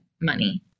money